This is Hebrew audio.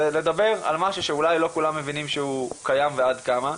לדבר על משהו שאולי לא כולם מבינים שהוא קיים ועד כמה.